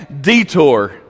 detour